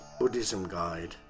buddhismguide